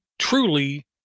truly